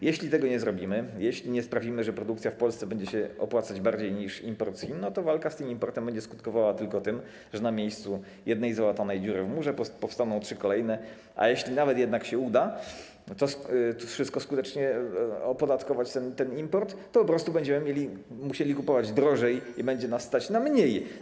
Jeśli tego nie zrobimy, jeśli nie sprawimy, że produkcja w Polsce będzie się opłacać bardziej niż import z Chin, to walka z tym importem będzie skutkowała tylko tym, że na miejscu jednej załatanej dziury w murze powstaną trzy kolejne, a jeśli nawet uda się skutecznie opodatkować ten import, to po prostu będziemy musieli kupować drożej i będzie nas stać na mniej.